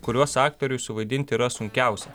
kuriuos aktoriui suvaidinti yra sunkiausia